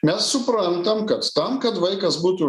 mes suprantam kad tam kad vaikas būtų